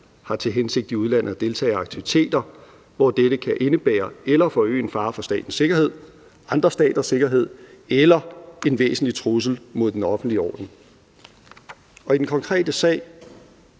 har til hensigt i udlandet at deltage i aktiviteter, hvor dette kan indebære eller forøge en fare for statens sikkerhed, andre staters sikkerhed eller en væsentlig trussel mod den offentlige orden«. I den konkrete sag